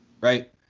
Right